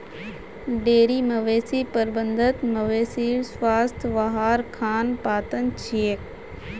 dairy मवेशी प्रबंधत मवेशीर स्वास्थ वहार खान पानत छेक